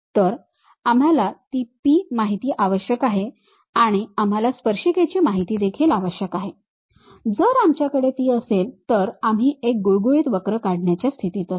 तर आम्हाला ती P माहिती आवश्यक आहे आणि आम्हाला स्पर्शिकेची माहिती देखील आवश्यक आहे जर आमच्याकडे ती असेल तर आम्ही एक गुळगुळीत वक्र काढण्याच्या स्थितीत असू